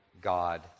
God